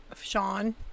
Sean